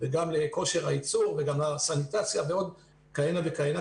לכושר הייצור וגם לסניטציה ועוד כהנה וכהנה.